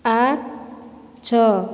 ଆଠ ଛଅ